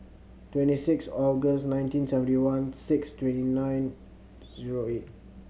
twenty six August nineteen seventy one six twenty nine zero eight